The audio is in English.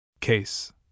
case